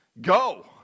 go